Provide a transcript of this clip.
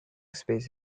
space